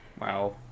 Wow